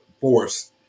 force